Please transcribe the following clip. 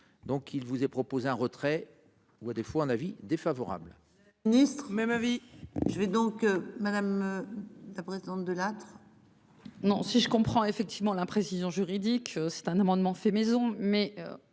Donc il vous est proposé un retrait ou à des fois un avis défavorable.